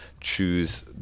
choose